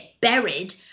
buried